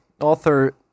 author